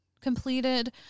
completed